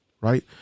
right